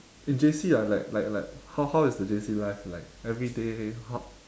in J_C ah like like like how how is the J_C life like everyday how